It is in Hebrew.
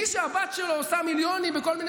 מי שהבת שלו עושה מיליונים בכל מיני